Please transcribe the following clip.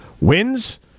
Wins